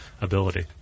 ability